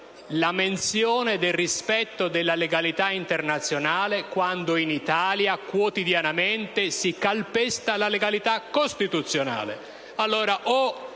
la menzione del rispetto della legalità internazionale quando in Italia quotidianamente si calpesta la legalità costituzionale.